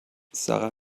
sara